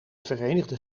verenigde